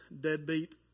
deadbeat